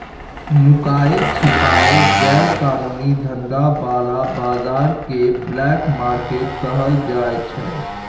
नुकाए छिपाए गैर कानूनी धंधा बला बजार केँ ब्लैक मार्केट कहल जाइ छै